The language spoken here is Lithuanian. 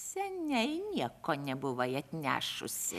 seniai nieko nebuvai atnešusi